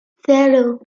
cero